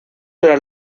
para